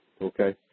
Okay